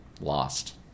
lost